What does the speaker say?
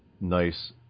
nice